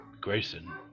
Grayson